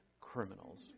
criminals